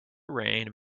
rain